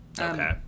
Okay